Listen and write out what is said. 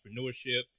entrepreneurship